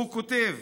הוא כותב: